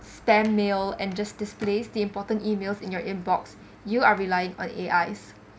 stamp mail and just displays the important emails in your inbox you are relying on A_I